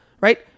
Right